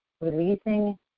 releasing